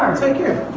um take care.